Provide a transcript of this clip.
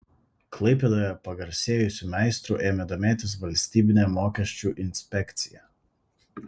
klaipėdoje pagarsėjusiu meistru ėmė domėtis valstybinė mokesčių inspekcija